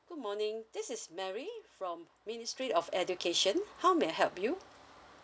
good morning this is mary from ministry of education how may I help you